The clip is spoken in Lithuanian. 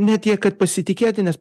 ne tiek kad pasitikėti nes